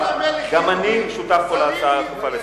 גם אני שותף להצעה הדחופה לסדר-היום,